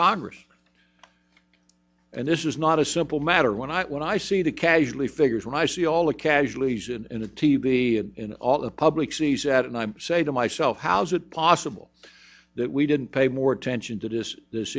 congress and this is not a simple matter when i when i see the casualty figures when i see all the casualties and the t v and all the public sees that and i say to myself how is it possible that we didn't pay more attention to this this